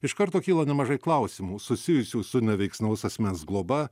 iš karto kyla nemažai klausimų susijusių su neveiksnaus asmens globa